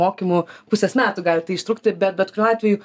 mokymų pusės metų gali tai užtrukti be bet kuriuo atveju